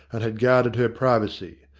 and had guarded her privacy.